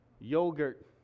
yogurt